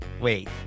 Wait